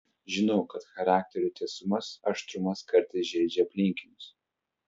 žinau kad charakterio tiesumas aštrumas kartais žeidžia aplinkinius